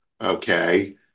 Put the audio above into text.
Okay